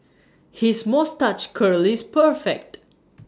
his moustache curl is perfect